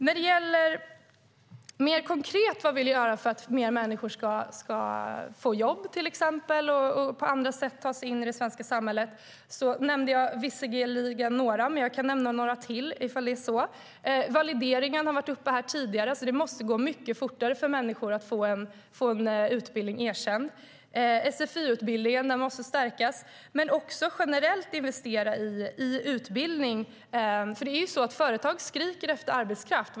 När det gäller vad vi mer konkret vill göra för att fler människor till exempel ska få jobb och på andra sätt ta sig in i det svenska samhället nämnde jag visserligen några exempel, men jag kan nämna några till om det är så. Valideringen har varit uppe här tidigare. Det måste gå mycket fortare för människor att få en utbildning erkänd. Sfi-utbildningen måste stärkas, men vi måste också generellt investera i utbildning. Det är ju så att företag skriker efter arbetskraft.